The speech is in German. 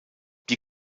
die